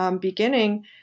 beginning